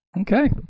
Okay